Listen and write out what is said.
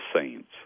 saints